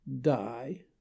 die